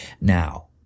Now